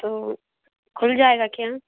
तो खुल जाएगा क्या